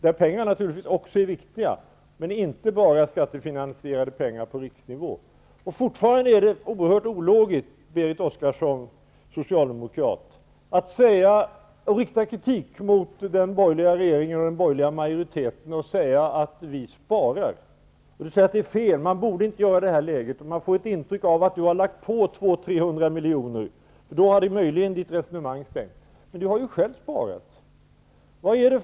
Där är pengar naturligtvis också viktiga, men inte bara skattefinansierade pengar på riksnivå. Fortfarande är det oerhört ologiskt, Berit Oscarsson, socialdemokrat, att rikta kritik mot den borgerliga regeringen och majoriteten för att vi sparar. Berit Oscarsson säger att det är fel, att man inte borde göra det i detta läge. Man får ett intryck av att Berit Oscarsson har föreslagit att det skall läggas på 200--300 milj.kr. -- då hade möjligen hennes resonemang gått ihop. Men Socialdemokraterna vill själva spara.